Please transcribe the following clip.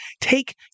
take